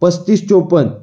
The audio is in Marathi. पस्तीस चोपन्न